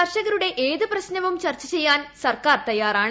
കർഷകരുടെ ഏത് പ്രശ്നവും ചർച്ച ചെയ്യാൻ സർക്കാർ തയാറാണ്